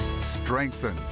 strengthen